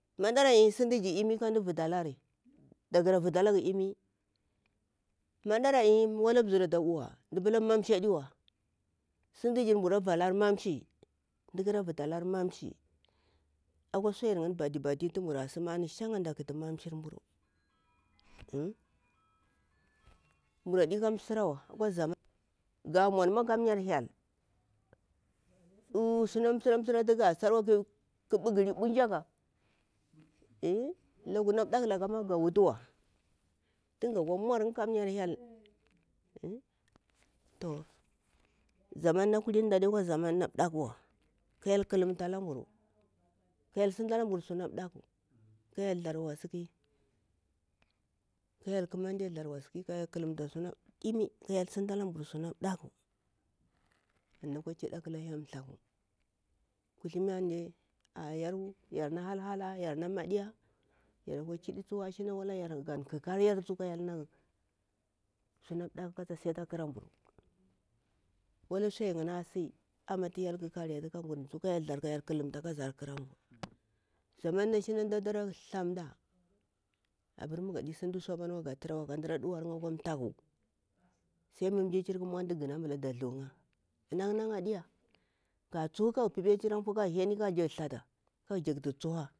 Maɗara diya sintu jir imi ka amdu vitalari dara vutalaga imi maɗara diya wala zinkyar ata uwa taƙi lfiya wa sinti jir mbura vular mamshi mda ƙara vutalar mamshi yinni su batti batti anta dasimya mamshir mburu mburu ade ka simrawa tuga simawa ƙa ɓuli ɓunjaga eh yi laku na daklakama ga utuwa tunga kwa mur'ya kim yar hyel to, zaman na kulini mbura ɗe kwa zaman na kulini mbura ɗe kwa zaman na ɗakwae ka hyel sinta la mburu suna ɗakku ka hyel thar wasi ki ka hyel ƙakamade thar wasi ki ka hyel ƙalumta suna ɗimi kala sinta lamburu suna ɗakku mda kwa kida akala kuthi kumande yar na hal hala yarna maɗiya yara kwa mburu akwa kiɗa suna dakkata si ata ƙaramburu suna dimi tsuwa ka hyel ƙalumta kaza ƙaram buru zaman na shina nata ra thamɗa abur mu gadi ra sintu su apani wa gaturawa kan ɗuwa 'ya akwa thaku sai mjirjini muntu ghana ambula ɗa thu'ya nan na a diya ga tsuhu kara pipa akira fu.